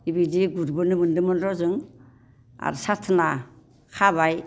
बेबायदि गुरबोनो मोन्दोंमोनर' जों आरो साथना खाबाय